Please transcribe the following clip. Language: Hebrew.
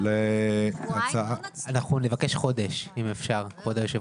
כבוד היושב ראש, אנחנו מבקשים חודש, אם אפשר.